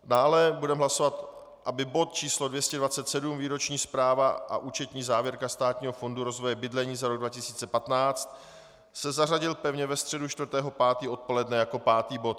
Dále budeme hlasovat, aby bod číslo 227, Výroční zpráva a účetní závěrka Státního fondu rozvoje bydlení za rok 2015, se zařadil pevně ve středu 4. 5. odpoledne jako pátý bod.